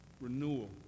renewal